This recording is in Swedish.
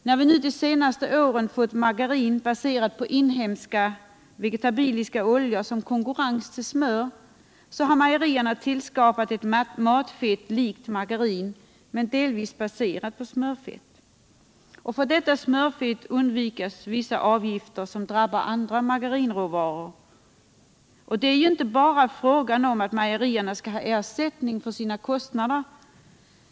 När vi nu de senaste åren fått margarin baserat på inhemska vegetabiliska oljor som konkurrens till smör, så har mejerierna tillskapat ett margarin, men delvis baserat på smörfett. För detta smörfett undviks vissa avgifter som drabbar andra margarinråvaror. Det är ju inte bara fråga om att mejerierna skall ha ersättning för sina kostnader.